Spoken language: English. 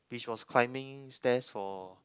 which was climbing stairs for